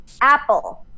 Apple